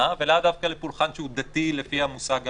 ולאו דווקא לפולחן שהוא דתי לפי המושג המקובל,